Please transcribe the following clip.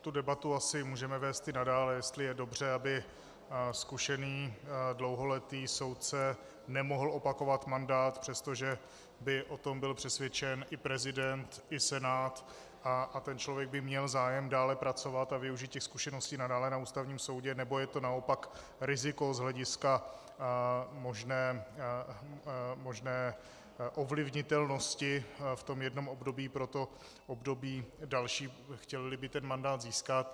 Tu debatu asi můžeme vést i nadále, jestli je dobře, aby zkušený a dlouholetý soudce nemohl opakovat mandát, přestože by o tom byl přesvědčen i prezident i Senát a ten člověk by měl zájem dále pracovat a využít těch zkušeností nadále na Ústavním soudu, nebo je to naopak riziko z hlediska možné ovlivnitelnosti v tom jednom období pro období další, chtělli by ten mandát získat.